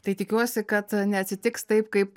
tai tikiuosi kad neatsitiks taip kaip